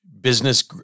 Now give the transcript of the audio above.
business